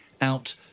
out